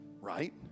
right